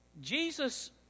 Jesus